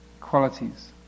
qualities